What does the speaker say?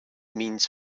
means